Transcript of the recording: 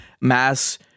mass